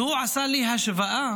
והוא עשה לי השוואה